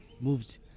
moved